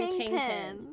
kingpin